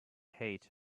hate